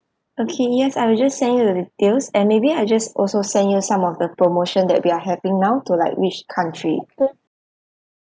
okay yes I will just send you the details and maybe I'll just also send you some of the promotion that we are having now to like which country